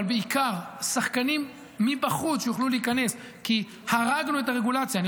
אבל בעיקר שחקנים מבחוץ שיוכלו להיכנס כי הרגנו את הרגולציה.